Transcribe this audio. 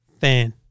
fan